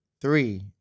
three